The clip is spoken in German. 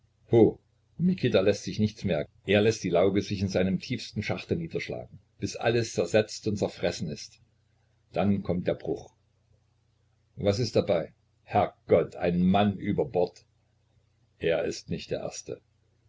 mikita läßt sichs nicht merken er läßt die lauge sich in seine tiefsten schachte niederschlagen bis alles zersetzt und zerfressen ist dann kommt der bruch was ist dabei herrgott ein mann über bord er ist nicht der erste